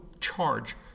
charge